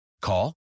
Call